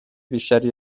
بیشتری